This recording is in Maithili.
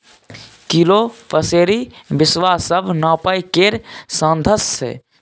किलो, पसेरी, बिसवा सब नापय केर साधंश छै